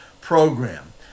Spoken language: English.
program